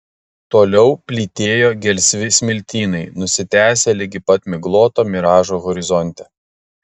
toliau plytėjo gelsvi smiltynai nusitęsę ligi pat migloto miražo horizonte